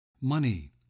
money